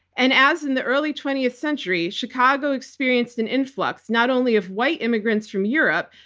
and as in the early twentieth century, chicago experienced an influx not only of white immigrants from europe,